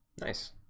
Nice